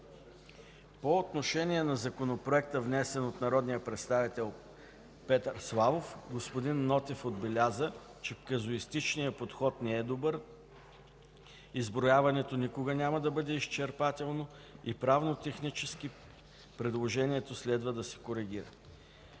По отношение на Законопроекта, внесен от народния представител Петър Славов, господин Нотев отбеляза, че казуистичният подход не е добър, изброяването никога няма да бъде изчерпателно и правнотехнически предложението следва да се коригира.